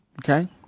Okay